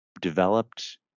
developed